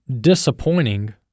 disappointing